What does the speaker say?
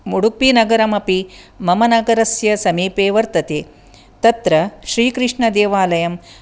उडुपिनगरमपि मम नगरस्य समीपे वतते तत्र श्रीकृष्णदेवालयं